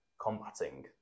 Combating